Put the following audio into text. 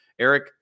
Eric